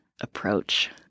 approach